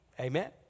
Amen